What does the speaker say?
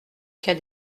cas